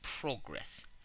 progress